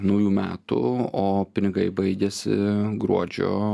naujų metų o pinigai baigiasi gruodžio